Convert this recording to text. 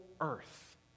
earth